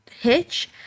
hitch